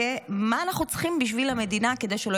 כמה אנחנו צריכים בשביל המדינה כדי שלא